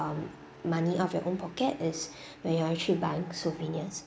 um money out of your own pocket is when you actually buying souvenir